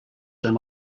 them